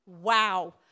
Wow